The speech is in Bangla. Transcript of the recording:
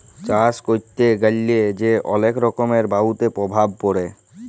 চাষ ক্যরতে গ্যালা যে অলেক রকমের বায়ুতে প্রভাব পরে